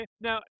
Now